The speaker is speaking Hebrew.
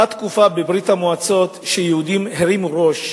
אותה תקופה בברית-המועצות שיהודים הרימו ראש